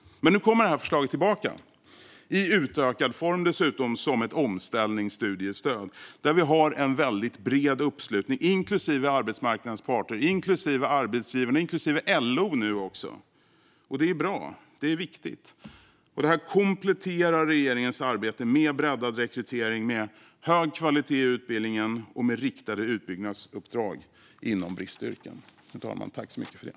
Nu kommer dock förslaget tillbaka, dessutom i utökad form, som ett omställningsstudiestöd. Här finns en väldigt bred uppslutning, inklusive arbetsmarknadens parter, arbetsgivarna och nu även LO. Det är bra och viktigt och kompletterar regeringens arbete med breddad rekrytering, med hög kvalitet i utbildningen och med riktade utbyggnadsuppdrag inom bristyrken.